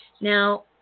Now